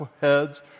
heads